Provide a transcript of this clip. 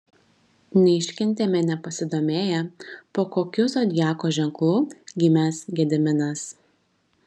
neiškentėme nepasidomėję po kokiu zodiako ženklu gimęs gediminas